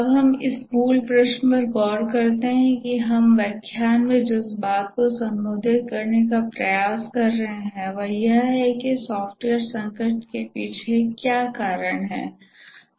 अब हम इस मूल प्रश्न पर गौर करते हैं कि हम इस व्याख्यान में जिस बात को संबोधित करने का प्रयास कर रहे हैं वह यह है कि सॉफ्टवेयर संकट के पीछे क्या कारण है